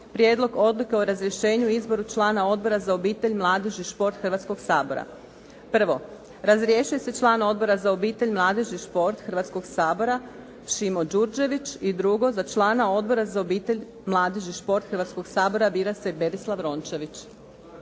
Prijedlog odluke o razrješenju i izboru člana Odbora za obitelj, mladež i šport Hrvatskoga sabora. Prvo, razrješuje se člana Odbora za obitelj, mladež i šport Hrvatskoga sabora Šimo Đurđević. I drugo, za člana Odbora za obitelj, mladež i šport Hrvatskoga sabora bira se Berislav Rončević.